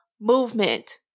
movement